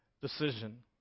decision